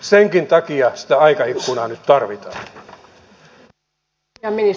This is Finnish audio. senkin takia sitä aikaikkunaa nyt tarvitaan